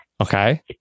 Okay